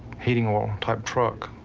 heating oil type truck.